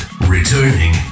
returning